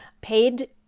paid